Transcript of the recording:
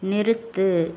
நிறுத்து